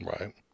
Right